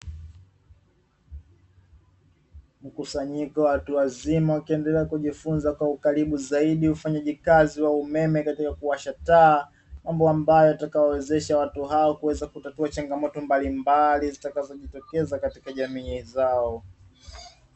Mkusanyiko wa watu wazima wakiendelea kujifunza kwa ukaribu zaidi ufanyaji kazi wa umeme katika kuwasha taa, mambo ambayo yatakayo wezesha watu hao kuweza kutatua changamoto mbalimbali zitakazojitokeza katika jamii zao.